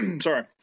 sorry